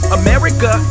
america